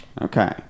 Okay